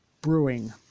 Brewing